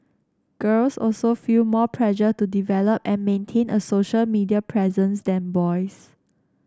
girls also feel more pressure to develop and maintain a social media presence than boys